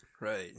Right